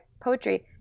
poetry